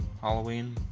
Halloween